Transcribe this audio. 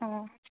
অঁ